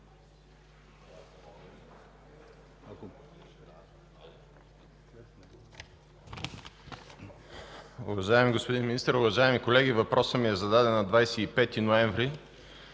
Уважаеми господин Министър, уважаеми колеги! Въпросът ми е зададен на 25 ноември,